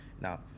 Now